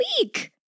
week